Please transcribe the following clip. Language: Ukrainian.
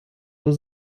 тут